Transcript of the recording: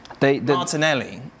Martinelli